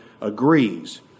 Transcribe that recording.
agrees